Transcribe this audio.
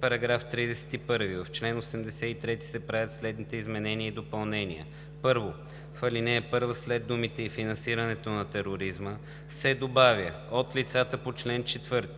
„§ 31. В чл. 83 се правят следните изменения и допълнения: 1. В ал. 1 след думите „и финансирането на тероризма“ се добавя „от лицата по чл. 4,